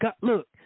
Look